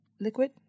liquid